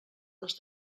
les